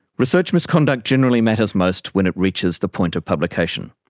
research misconduct generally matters most when it reaches the point of publication.